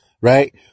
right